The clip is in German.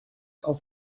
auf